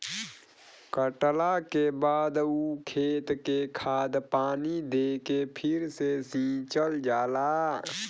कटला के बाद ऊ खेत के खाद पानी दे के फ़िर से सिंचल जाला